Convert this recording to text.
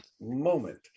moment